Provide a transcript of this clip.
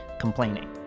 complaining